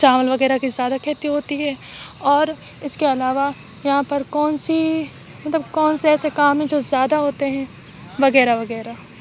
چاول وغیرہ کی زیادہ کھیتی ہوتی ہے اور اِس کے علاوہ یہاں پر کون سی مطلب کون سے ایسے کام ہیں جو زیادہ ہوتے ہیں وغیرہ وغیرہ